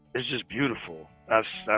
it's just beautiful.